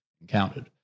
encountered